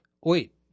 Wait